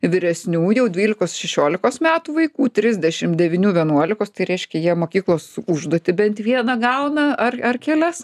vyresnių jau dvylikos šešiolikos metų vaikų trisdešim devynių vienuolikos tai reiškia jie mokyklos užduotį bent vieną gauna ar ar kelias